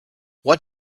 what